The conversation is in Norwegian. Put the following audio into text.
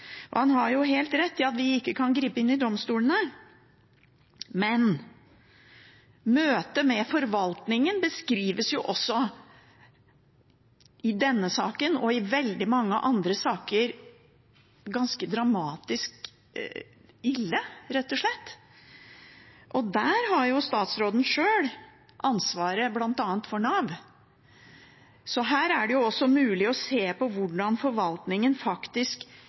Han har helt rett i at vi ikke kan gripe inn i domstolene, men møtet med forvaltningen beskrives også – i denne saken og i veldig mange andre saker – som ganske dramatisk, ja, ille, rett og slett. Der har statsråden sjøl ansvaret for bl.a. Nav. Her er det også mulig å se på hvordan forvaltningen faktisk